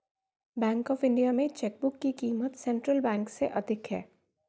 bank of India में chequebook की क़ीमत सेंट्रल बैंक से अधिक है